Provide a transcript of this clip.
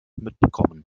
mitbekommen